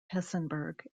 hessenberg